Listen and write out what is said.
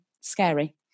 Scary